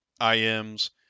IMs